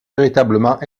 véritablement